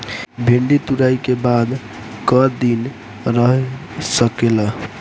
भिन्डी तुड़ायी के बाद क दिन रही सकेला?